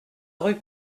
rue